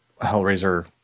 Hellraiser –